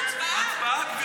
הצבעה.